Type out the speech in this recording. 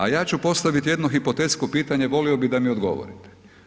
A ja ću postaviti jedno hipotetsko pitanje, volio bi da mi odgovorite.